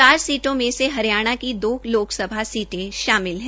चार सीटों में से हरियाणा की दो लोकसभा सीटें शामिल हैं